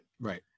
Right